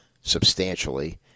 substantially